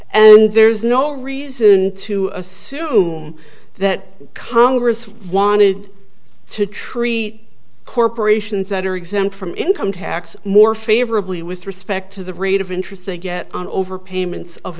and there's no reason to assume that congress wanted to treat corporations that are exempt from income tax more favorably with respect to the rate of interest they get on over payments of